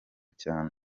cyane